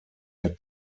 had